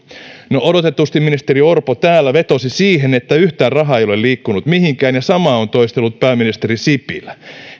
no odotetusti ministeri orpo täällä vetosi siihen että yhtään rahaa ei ole liikkunut mihinkään ja samaa on toistellut pääministeri sipilä